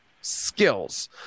skills